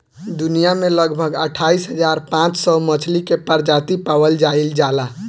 दुनिया में लगभग अठाईस हज़ार पांच सौ मछली के प्रजाति पावल जाइल जाला